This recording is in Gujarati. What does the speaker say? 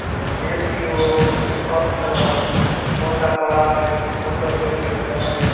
અને નેતીઓ ફક્ત ફોટા પડાવે ફોટો સેશન કરે